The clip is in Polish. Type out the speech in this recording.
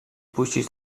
puścić